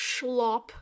schlop